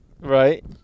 Right